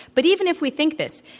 but even if we think this,